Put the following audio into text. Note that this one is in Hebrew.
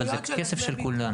אבל זה כסף של כולנו.